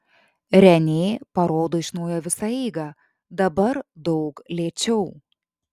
renė parodo iš naujo visą eigą dabar daug lėčiau